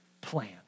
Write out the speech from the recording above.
plan